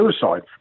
suicide